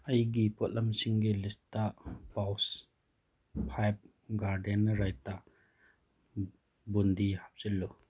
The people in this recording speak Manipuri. ꯑꯩꯒꯤ ꯄꯣꯠꯂꯝꯁꯤꯡꯒꯤ ꯂꯤꯁꯇ ꯄꯥꯎꯁ ꯐꯥꯏꯕ ꯒꯥꯔꯗꯦꯟ ꯔꯥꯏꯇꯥ ꯕꯨꯟꯗꯤ ꯍꯥꯞꯆꯤꯜꯂꯨ